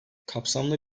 kapsamlı